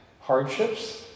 hardships